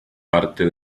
parte